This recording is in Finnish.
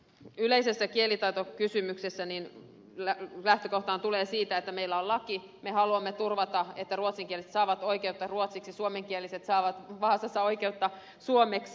yleisessä kielitaitokysymyksessähän lähtökohta tulee siitä että meillä on laki me haluamme turvata että ruotsinkieliset saavat oikeutta ruotsiksi ja suomenkieliset saavat vaasassa oikeutta suomeksi